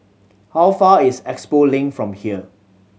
how far is Expo Link from here